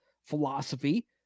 philosophy